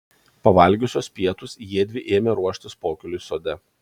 pavalgiusios pietus jiedvi ėmė ruoštis pokyliui sode